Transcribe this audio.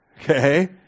Okay